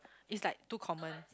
it's like too common